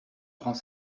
prends